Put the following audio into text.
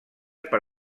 per